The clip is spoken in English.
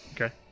Okay